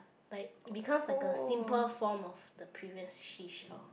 like it become like a simple form of the previous seashell